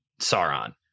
Sauron